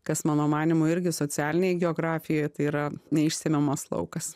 kas mano manymu irgi socialinėj geografijoje tai yra neišsemiamas laukas